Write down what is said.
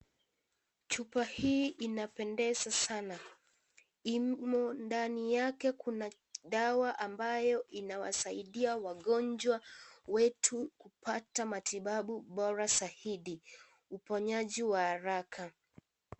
Chupa hii inapendeza sana, ndani yake kuna dawa ambayo inawasaidia wagonjwa wetu kupata matibabu bora zaidi, uponyaji wa haraka.